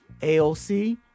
AOC